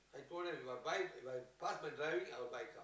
I told them If I buy If I pass my driving I will buy a car